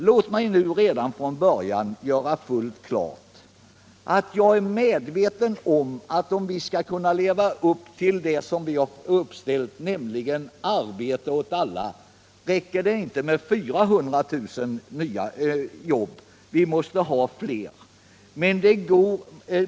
Låt mig nu redan från början göra fullt klart att jag är medveten om att om vi skall kunna leva upp till den målsättning vi uppställt, nämligen arbete åt alla, så räcker det inte med 400 000 nya arbetstillfällen — vi för att främja sysselsättningen för att främja sysselsättningen måste ha fler.